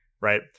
right